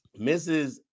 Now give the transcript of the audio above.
Mrs